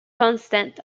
constant